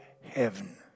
heaven